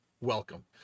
welcome